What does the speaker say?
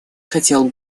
хотел